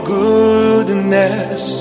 goodness